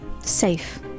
Safe